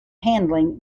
handling